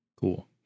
cool